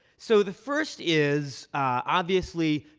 so the first is obviously,